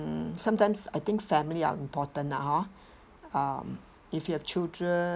mm sometimes I think family are important lah hor um if you have children